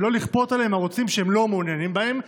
ולא כופים עליהם ערוצים שהם לא מעוניינים בהם?